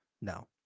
No